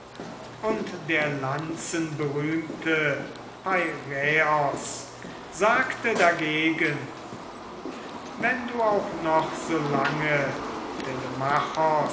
und der lanzenberühmte peiraios sagte dagegen wenn du auch noch so lange